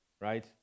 right